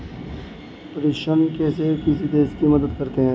प्रेषण कैसे किसी देश की मदद करते हैं?